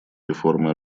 реформы